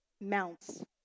mounts